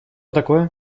такое